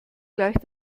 gleich